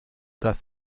das